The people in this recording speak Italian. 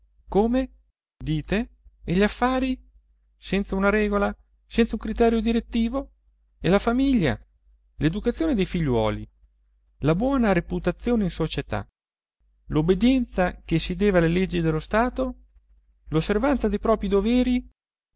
come dite e gli affari senza una regola senza un criterio direttivo e la famiglia l'educazione dei figliuoli la buona reputazione in società l'obbedienza che si deve alle leggi dello stato l'osservanza dei proprii doveri